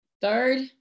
Third